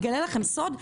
אני אגלה לכם סוד,